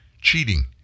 cheating